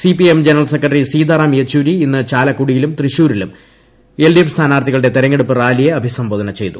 C P I M general secretary Sitaram Yechury ഇന്ന് ചാലക്കുടിയിലും പ്രതൃശൂരിലും എൽഡിഎഫ് സ്ഥാനാർഥികളുടെ തെരഞ്ഞെടുപ്പ് റാലിയെ അഭിസംബോധന ചെയ്തു